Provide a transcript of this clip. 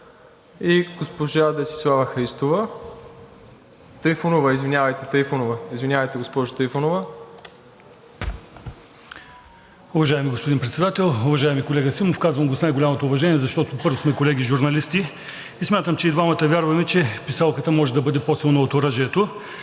и госпожа Десислава Трифонова. ДИМИТЪР НИКОЛОВ (ГЕРБ-СДС): Уважаеми господин Председател, уважаеми колега Симов, казвам го с най-голямо уважение, защото първо сме колеги журналисти и смятам, че и двамата вярваме, че писалката може да бъде по-силна от оръжието.